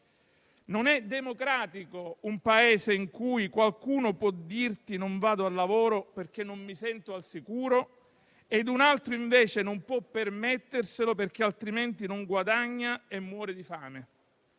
Non è democratico un Paese in cui qualcuno può decidere di non andare a lavoro perché non si sente al sicuro e un altro, invece, non può permetterselo perché altrimenti non guadagna e muore di fame.